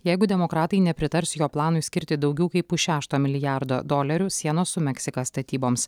jeigu demokratai nepritars jo planui skirti daugiau kaip pusšešto milijardo dolerių sienos su meksika statyboms